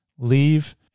Leave